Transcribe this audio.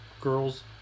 Girls